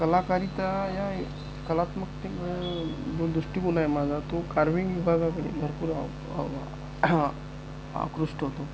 कलाकारिता या कलात्मकतेमुळे जो दृष्टिकोन आहे माझा तो कार्विंग विभागाकडे भरपूर आ आव आकृष्ट होतो